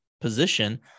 position